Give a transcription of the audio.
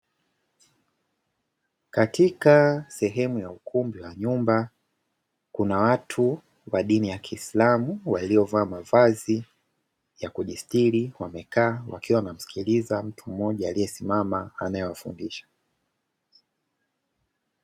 Katika sehemu ya ukumbi wa nyumba kuna watu wa dini ya kiislamu, waliovaa mavazi ya kujisitiri wamekaa wakiwa wanamsikiliza mtu mmoja aliesimama, anayewafundisha.